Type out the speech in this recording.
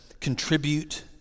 contribute